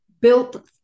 built